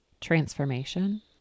transformation